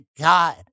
God